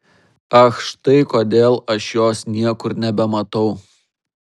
ach štai kodėl aš jos niekur nebematau